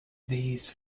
these